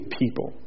people